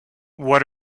what